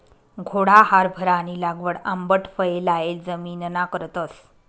घोडा हारभरानी लागवड आंबट फये लायेल जमिनना करतस